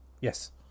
Yes